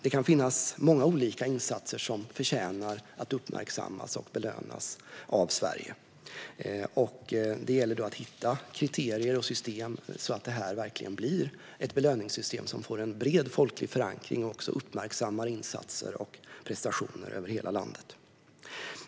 Det kan finnas många olika insatser som förtjänar att uppmärksammas och belönas av Sverige, och det gäller då att hitta kriterier och system så att det här verkligen blir ett belöningssystem som får en bred folklig förankring och också uppmärksammar insatser och prestationer över hela landet.